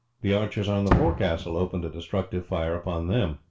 the archers on the forecastle opened a destructive fire upon them.